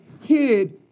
hid